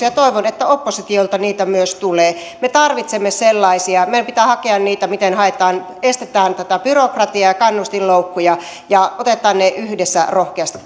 ja toivon että myös oppositiolta niitä tulee me tarvitsemme sellaisia meidän pitää hakea niitä miten estetään tätä byrokratiaa ja kannustinloukkuja ja otetaan ne yhdessä rohkeasti